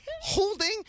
Holding